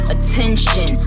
Attention